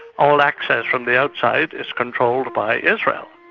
all access from the outside is controlled by israel.